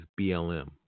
BLM